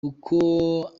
kuko